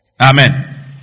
Amen